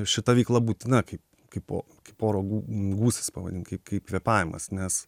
šita veikla būtina kaip kaipo kaip oro gūsis pavadint kaip kaip kvėpavimas nes